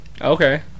Okay